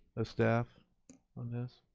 the staff on this?